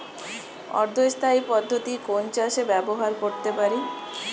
অর্ধ স্থায়ী পদ্ধতি কোন চাষে ব্যবহার করতে পারি?